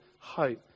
hope